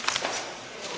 Hvala